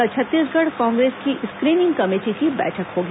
कल छत्तीसगढ़ कांग्रेस की screening committee की बैठक होगी